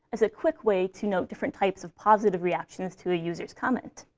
as a quick way to you know different types of positive reactions to a user's comment.